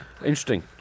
interesting